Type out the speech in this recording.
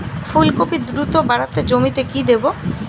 ফুলকপি দ্রুত বাড়াতে জমিতে কি দেবো?